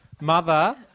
mother